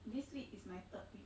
this week is my third week